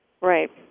Right